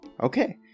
Okay